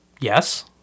Yes